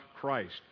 Christ